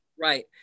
Right